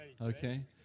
Okay